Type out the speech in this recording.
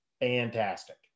fantastic